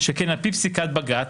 שכן על פי פסיקת בג"ץ,